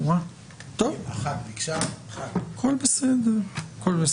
הכל בסדר.